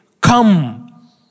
Come